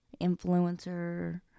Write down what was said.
influencer